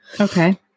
Okay